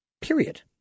period